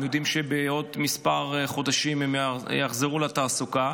הם יודעים שבעוד כמה חודשים הם יחזרו לתעסוקה,